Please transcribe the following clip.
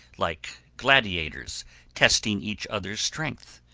like gladiators testing each other's strength,